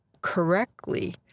correctly